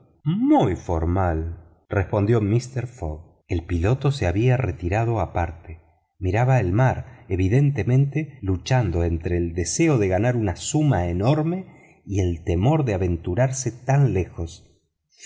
muy formal respondió mister fogg el piloto se había retirado aparte miraba al mar luchando evidentemente entre el deseo de ganar una suma enorme y el temor de aventurarse tan lejos